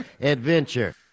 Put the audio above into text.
adventure